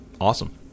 awesome